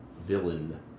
villain